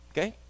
Okay